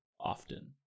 often